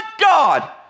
God